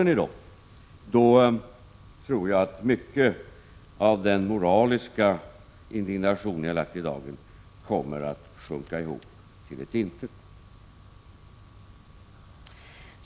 Om ni behåller dem tror jag att mycket av den moraliska indignationen ni har lagt i dagen kommer att sjunka ihop till ett intet.